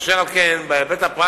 אשר על כן, בהיבט הפרקטי,